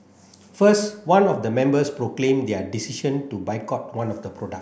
first one of the members proclaimed their decision to boycott one of the product